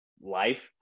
life